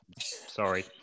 sorry